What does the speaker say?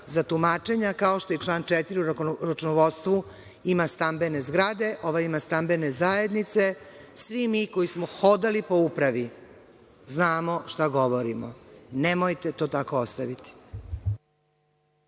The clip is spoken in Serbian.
za tumačenja, kao što i član 4. u računovodstvu ima stambene zgrade, ovaj ima stambene zajednice. Svi mi koji smo hodali po upravi znamo šta govorimo. Nemojte to tako ostaviti.